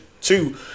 two